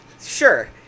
Sure